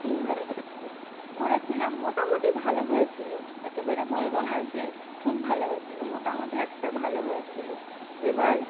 ডিম ভাজা শিখি করেছিলাম মোটামুটি ভালো হয়েছিলো একেবারে বলবো না যে খুব ভালো হয়েছিলো মোটামুটি একটা ভালো হয়েছিলো এবার